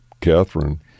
Catherine